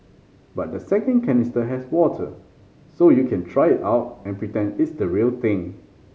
but the second canister has water so you can try it out and pretend it's the real thing